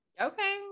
okay